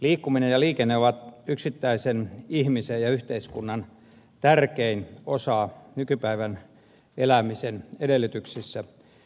liikkuminen ja liikenne ovat yksittäisen ihmisen ja yhteiskunnan tärkein osa nykypäivän elämisen edellytyksissä